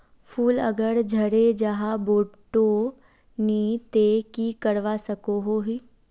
फूल अगर झरे जहा बोठो नी ते की करवा सकोहो ही?